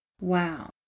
Wow